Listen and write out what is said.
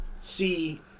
see